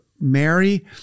Mary